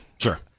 Sure